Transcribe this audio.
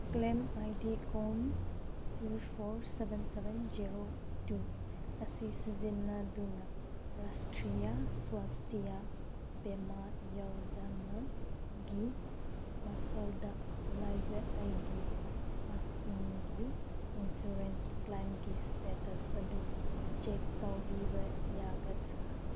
claim I D ꯀꯣꯟ two four seven seven zero two ꯑꯁꯤ ꯁꯤꯖꯤꯟꯅꯗꯨꯅ ꯔꯥꯁꯇ꯭ꯔꯤꯌꯥ ꯁ꯭ꯋꯥꯁꯇꯤꯌꯥ ꯕꯤꯃꯥ ꯌꯣꯖꯅꯥꯒꯤ ꯃꯈꯜꯗ ꯂꯩꯕ ꯑꯩꯒꯤ ꯑꯁꯤꯡꯒꯤ ꯏꯟꯁꯨꯔꯦꯟꯁ ꯀ꯭ꯂꯥꯏꯝꯒꯤ ꯏꯁꯇꯦꯇꯁ ꯑꯗꯨ ꯆꯦꯛ ꯇꯧꯕꯤꯕ ꯌꯥꯒꯗ꯭ꯔꯥ